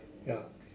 ya